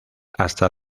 hasta